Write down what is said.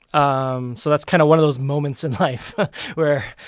um so that's kind of one of those moments in life where,